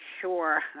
sure